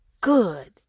good